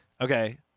Okay